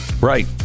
right